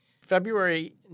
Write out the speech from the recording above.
February